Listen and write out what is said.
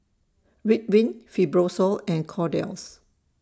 Ridwind Fibrosol and Kordel's